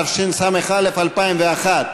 התשס"א 2001,